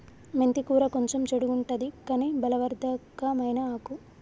మెంతి కూర కొంచెం చెడుగుంటది కని బలవర్ధకమైన ఆకు